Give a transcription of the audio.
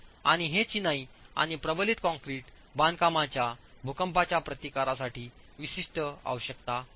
आणि हे चिनाई आणि प्रबलित कंक्रीट बांधकामांच्या भूकंपाच्या प्रतिकारासाठी विशिष्ट आवश्यकता आहे